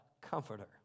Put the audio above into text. comforter